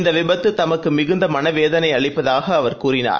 இந்த விபத்து தமக்கு மிகுந்த மனவேதனை அளிப்பதாக அவர் கூறினார்